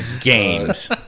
Games